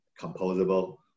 composable